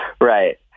Right